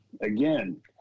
again